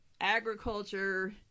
agriculture